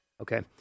Okay